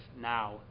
now